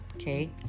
Okay